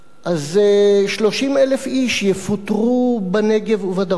אז 30,000 איש יפוטרו בנגב ובדרום.